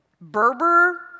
Berber